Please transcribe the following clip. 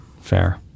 Fair